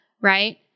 right